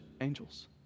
angels